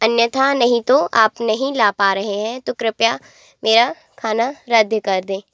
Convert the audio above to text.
अन्यथा नहीं तो आप नहीं ला पा रहे हैं तो कृपया मेरा खाना रद्द कर दें